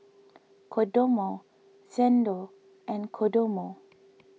Kodomo Xndo and Kodomo